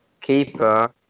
keeper